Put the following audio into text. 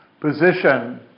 position